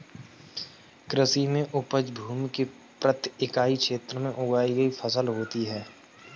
कृषि में उपज भूमि के प्रति इकाई क्षेत्र में उगाई गई फसल होती है